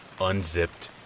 unzipped